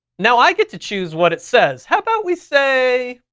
now i get to choose what it says. how about we say,